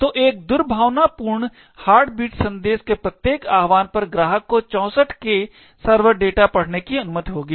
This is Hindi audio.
तो एक दुर्भावनापूर्ण हार्टबीट संदेश के प्रत्येक आह्वान पर ग्राहक को 64K सर्वर डेटा पढ़ने की अनुमति होगी